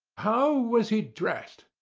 how was he dressed?